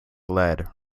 lead